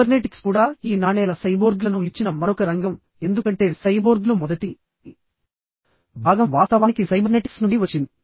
cybernetics కూడా ఈ నాణేల సైబోర్గ్లను ఇచ్చిన మరొక రంగం ఎందుకంటే సైబోర్గ్లు మొదటి భాగం వాస్తవానికి సైబర్నెటిక్స్ నుండి వచ్చింది